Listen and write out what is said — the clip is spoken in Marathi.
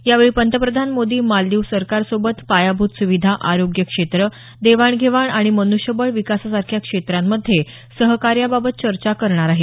यावेळी पंतप्रधान मोदी मालदीव सरकारसोबत पायाभूत सुविधा आरोग्य क्षेत्र देवाणघेवाण आणि म्न्ष्यबळ विकाससारख्या क्षेत्रांमध्ये सहकार्याबाबत चर्चा करणार आहेत